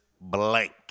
blank